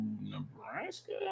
Nebraska